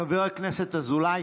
חבר הכנסת אזולאי.